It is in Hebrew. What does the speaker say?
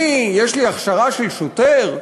אני, יש לי הכשרה של שוטר?